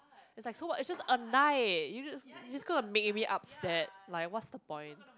it's like so what it's just a night you just you just gonna make me upset like what's the point